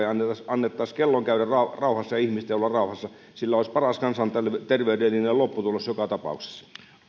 ja annettaisiin kellon käydä rauhassa ja ihmisten olla rauhassa sillä olisi paras kansanterveydellinen lopputulos joka tapauksessa